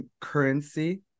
currency